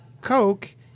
Coke